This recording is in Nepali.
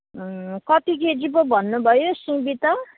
कति केजी पो भन्नुभयो सिमी त